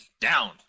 down